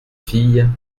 fille